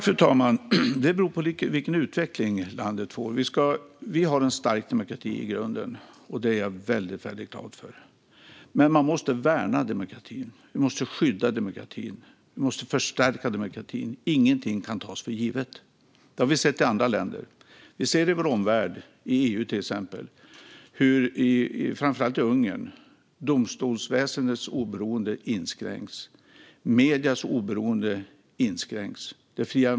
Fru talman! Det beror på vilken utveckling landet får. Vi har en stark demokrati i grunden. Det är jag väldigt glad för. Men man måste värna demokratin. Vi måste skydda demokratin. Vi måste förstärka demokratin. Ingenting kan tas för givet. Det har vi sett i andra länder. Vi ser det i vår omvärld, till exempel i EU, framför allt i Ungern. Domstolsväsendets oberoende inskränks. De fria mediernas oberoende inskränks.